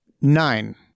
Nine